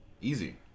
Easy